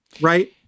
Right